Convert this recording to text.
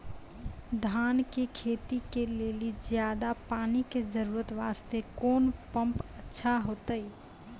धान के खेती के लेली ज्यादा पानी के जरूरत वास्ते कोंन पम्प अच्छा होइते?